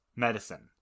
medicine